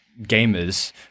gamers